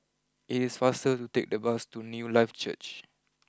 it is faster to take the bus to Newlife Church